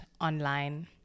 online